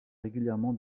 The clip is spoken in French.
régulièrement